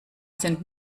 sind